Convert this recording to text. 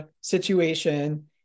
situation